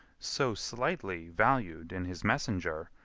so slightly valu'd in his messenger,